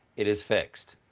it is fixed.